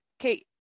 Okay